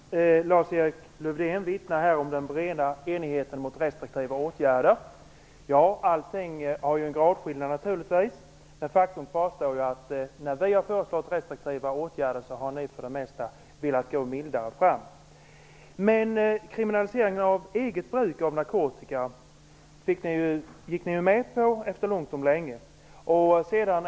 Fru talman! Lars-Erik Lövdén vittnar här om den breda enigheten om restriktiva åtgärder. Allting har naturligtvis en gradskillnad. Faktum kvarstår att när vi har föreslagit restriktiva åtgärder har ni för det mesta velat gå mildare fram. Men kriminaliseringen av eget bruk av narkotika gick ni ju långt om länge med på.